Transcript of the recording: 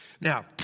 Now